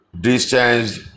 distance